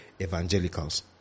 evangelicals